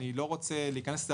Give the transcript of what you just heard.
אני לא רוצה להיכנס לזה,